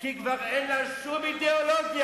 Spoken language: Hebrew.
כי כבר אין לה שום אידיאולוגיה.